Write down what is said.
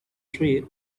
street